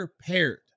paired